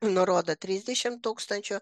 nurodo trisdešimt tūkstančių